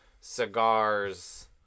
cigars